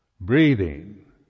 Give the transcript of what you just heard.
Breathing